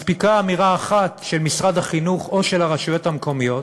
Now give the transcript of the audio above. מספיקה אמירה אחת של משרד החינוך או של הרשויות המקומיות,